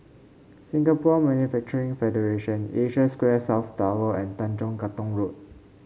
Singapore Manufacturing Federation Asia Square South Tower and Tanjong Katong Road